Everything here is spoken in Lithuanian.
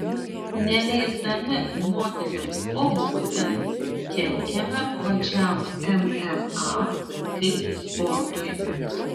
neleisdami moterims kovoti kenkiame pačiam mma kaip sportui